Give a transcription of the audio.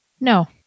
No